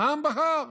העם בחר.